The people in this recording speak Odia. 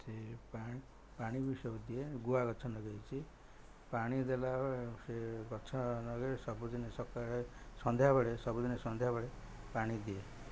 ସେ ପାଣି ପାଣି ବି ସବୁ ଦିଏ ଗୁଆ ଗଛ ଲଗେଇଚି ପାଣି ଦେଲାବେଳେ ସେ ଗଛ ନଗେଇ ସବୁଦିନେ ସକାଳେ ସନ୍ଧ୍ୟାବେଳେ ସବୁଦିନେ ସନ୍ଧ୍ୟାବେଳେ ପାଣି ଦିଏ